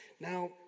Now